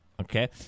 Okay